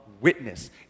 witness